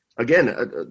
again